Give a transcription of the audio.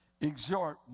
Exhort